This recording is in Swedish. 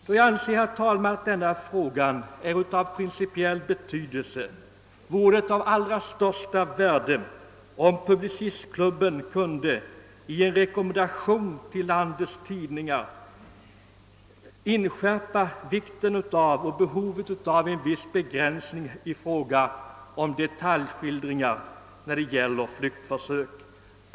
Då jag, herr talman, anser att denna fråga är av principiell betydelse vore det enligt min mening av allra största värde om Publicistklubben i en rekommendation till landets tidningar kunde inskärpa vikten och behovet av en viss begränsning i fråga om detaljskildringar av flyktförsök.